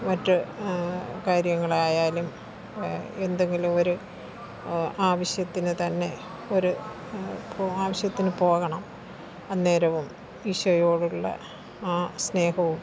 മറ്റ് കാര്യങ്ങളായാലും എന്തെങ്കിലും ഒരു ആവശ്യത്തിന് തന്നെ ഒരു ആവശ്യത്തിന് പോകണം അന്നേരവും ഈശോയോടുള്ള ആ സ്നേഹവും